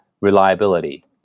reliability